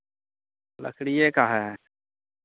लकड़िए का है